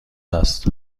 است